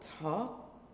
talk